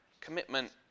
commitment